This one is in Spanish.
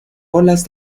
olas